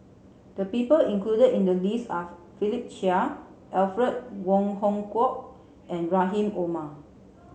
the people included in the list are Philip Chia Alfred Wong Hong Kwok and Rahim Omar